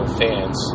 fans